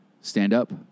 stand-up